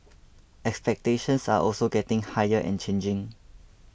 expectations are also getting higher and changing